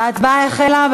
ההצבעה החלה.